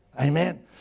Amen